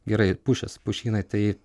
gerai ir pušys pušynai tai